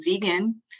vegan